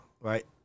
right